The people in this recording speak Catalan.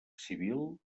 civil